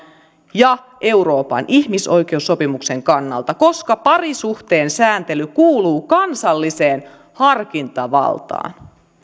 eikä euroopan ihmisoikeussopimuksen kannalta koska parisuhteen sääntely kuuluu kansalliseen harkintavaltaan